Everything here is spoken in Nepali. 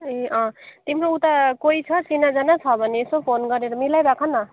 ए अँ तिम्रो उता कोही छ चिनाजाना छ भने यसो फोन गरेर मिलाइ राख न